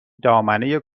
دامنه